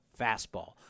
Fastball